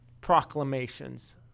proclamations